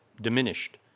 diminished